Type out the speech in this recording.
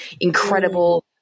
incredible